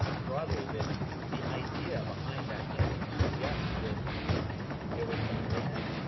broadly that the idea behind that thinking suggests that there was some grand